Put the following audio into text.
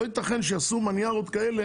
לא יתכן שיעשו מניארות כאלה